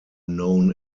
known